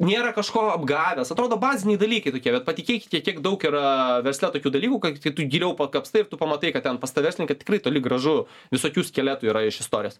nėra kažko apgavęs atrodo baziniai dalykai tokie bet patikėkite kiek daug yra versle tokių dalykų kad kai tu giliau pakapstai pamatai kad ten pas tą verslininką tikrai toli gražu visokių skeletų yra iš istorijos